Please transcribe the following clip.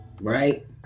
Right